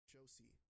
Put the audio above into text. Josie